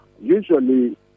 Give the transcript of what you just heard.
usually